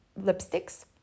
lipsticks